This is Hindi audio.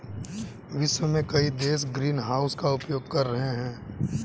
विश्व के कई देश ग्रीनहाउस का उपयोग कर रहे हैं